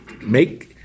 make